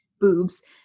boobs